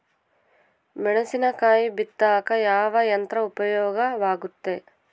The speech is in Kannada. ಮೆಣಸಿನಕಾಯಿ ಬಿತ್ತಾಕ ಯಾವ ಯಂತ್ರ ಉಪಯೋಗವಾಗುತ್ತೆ?